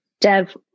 dev